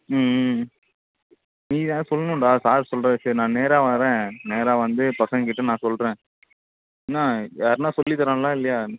ம்ம் நீ தான் சொல்லணும்டா சார் சொல்லிறார் சரி நான் நேராக வரேன் நேராக வந்து பசங்கள்கிட்ட நான் சொல்லுறேன் என்ன யாருனா சொல்லித் தராங்களா இல்லையா